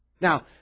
Now